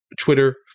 Twitter